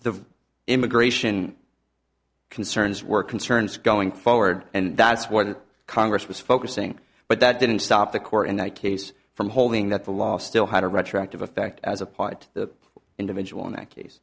the immigration concerns were concerns going forward and that's what the congress was focusing but that didn't stop the court in that case from holding that the law still had a retroactive effect as applied to the individual in that case